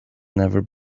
never